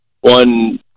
one